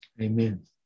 Amen